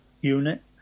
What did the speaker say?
unit